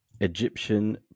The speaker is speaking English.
egyptian